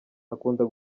akunda